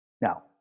Now